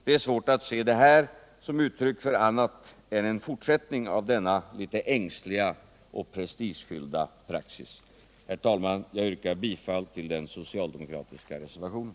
Det är svårt att se detta såsom uttryck för annat än en fortsättning av denna litet ängsliga och prestigefyllda praxis. Herr talman! Jag yrkar bifall till den socialdemokratiska reservationen.